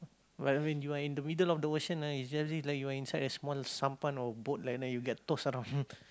but when you are in the middle of the ocean ah it just like you inside a small sampan or boat like that you get tossed around